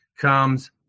Comes